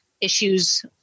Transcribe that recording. issues